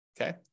okay